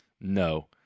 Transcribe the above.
No